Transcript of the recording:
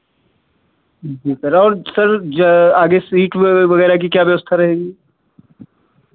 जी sir और sir आगे seat वगैरह की क्या व्यवस्था रहेगी